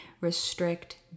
restrict